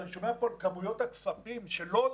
ואני שומע פה על כמויות הכספים שלא מוצו.